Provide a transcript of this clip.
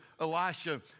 Elisha